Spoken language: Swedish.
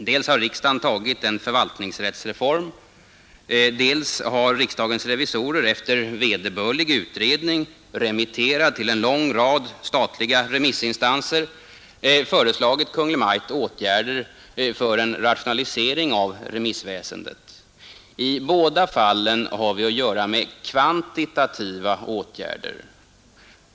Dels har riksdagen tagit en förvaltningsrättsreform, dels har riksdagens revisorer efter vederbörlig utredning, remitterad till en lång rad statliga remissinstanser, föreslagit Kungl. Maj:t åtgärder för en rationalisering av remissväsendet. I båda fallen har vi att göra med kvantitativa åtgärder.